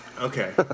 Okay